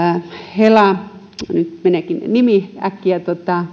nyt meneekin nimi äkkiä